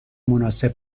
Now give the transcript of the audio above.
مناسب